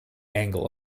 angle